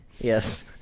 Yes